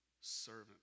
servant